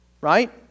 Right